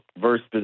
versus